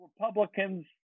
Republicans